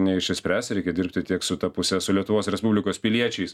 neišspręs reikia dirbti tiek su ta puse su lietuvos respublikos piliečiais